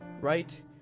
right